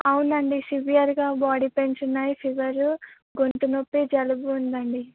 అవునండి సివియర్గా body pains ఉన్నాయి ఫీవరు గొంతునొప్పి జలుబు ఉందండి